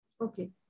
Okay